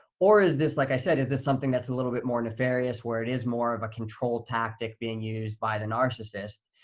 or is this, like i said, is this something that's a little bit more nefarious, where it is more of a control tactic being used by the narcissist,